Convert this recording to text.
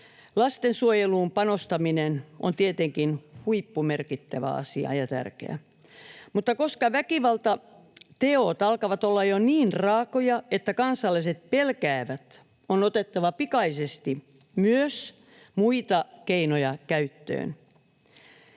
Lastensuojeluun panostaminen on tietenkin huippumerkittävä asia ja tärkeä. Mutta koska väkivaltateot alkavat olla jo niin raakoja, että kansalaiset pelkäävät, on otettava pikaisesti myös muita keinoja käyttöön.